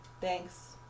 thanks